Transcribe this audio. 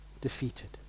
Defeated